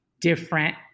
different